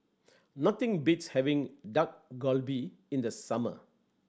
nothing beats having Dak Galbi in the summer